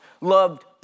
loved